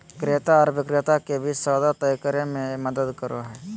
क्रेता आर विक्रेता के बीच सौदा तय करे में मदद करो हइ